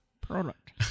Product